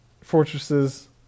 fortresses